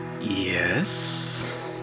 Yes